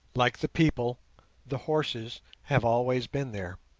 like the people the horses have always been there.